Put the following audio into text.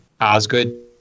Osgood